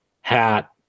hat